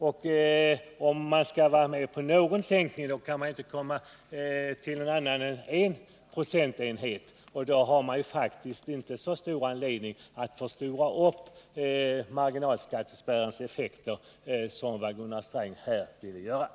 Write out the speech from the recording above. Skall man vara med på en sänkning av marginalskatterna kan den inte gärna vara mindre än en procentenhet, och då finns det faktiskt inte så stor anledning att, som Gunnar Sträng gjorde, förstora upp marginalskattespärrens effekter.